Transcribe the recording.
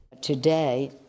Today